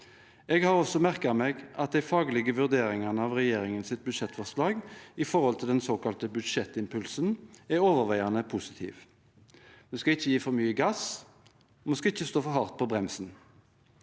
Jeg har også merket meg at de faglige vurderingene av regjeringens budsjettforslag i forhold til den såkalte budsjettimpulsen er overveiende positive. Vi skal ikke gi for mye gass, og vi skal ikke stå for hardt på bremsen.